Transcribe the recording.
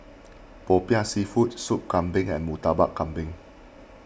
Popiah Seafood Soup Kambing and Murtabak Kambing